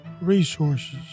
resources